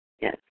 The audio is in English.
Yes